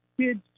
kids